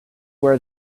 where